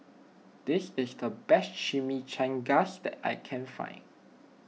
this is the best Chimichangas that I can find